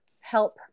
help